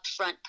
upfront